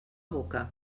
boca